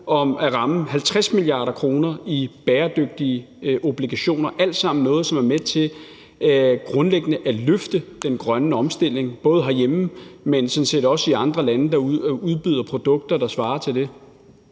at ramme 50 mia. kr. i bæredygtige obligationer. Det er alt sammen noget, som er med til grundlæggende at løfte den grønne omstilling, både herhjemme, men sådan set også i andre lande, der udbyder produkter, der svarer til det.